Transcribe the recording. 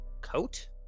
coat